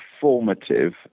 formative